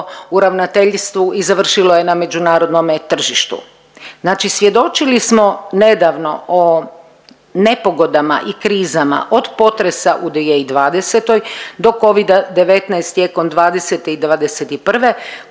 u ravnateljstvu i završilo je na međunarodnome tržištu. Znači svjedočili smo nedavno o nepogodama i krizama od potresa u 2020. do covida-19 tijekom 2020. i 2021.